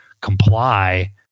comply